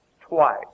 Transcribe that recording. twice